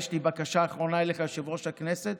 ויש לי בקשה אחרונה אליך, יושב-ראש הכנסת,